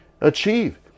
achieve